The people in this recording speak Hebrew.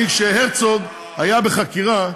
כשהרצוג היה בחקירה,